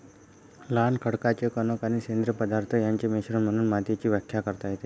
लहान खडकाचे कण आणि सेंद्रिय पदार्थ यांचे मिश्रण म्हणून मातीची व्याख्या करता येते